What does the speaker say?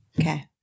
Okay